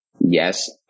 yes